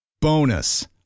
Bonus